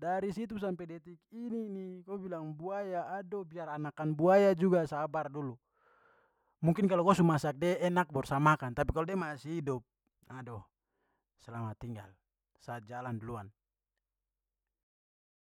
Dari situ sampe detik ini ni ko bilang buaya, aduh, biar anakan buaya juga sabar dulu. Mungkin kalo ko su masak de enak baru sa makan, tapi kalo da masih hidup, aduh, selamat tinggal sa jalan deluan.